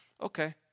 okay